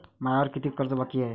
मायावर कितीक कर्ज बाकी हाय?